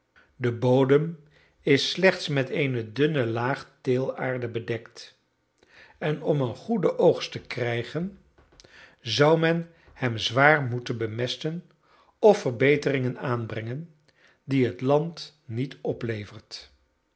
de bodem is slechts met eene dunne laag teelaarde bedekt en om een goeden oogst te krijgen zou men hem zwaar moeten bemesten of verbeteringen aanbrengen die het land niet oplevert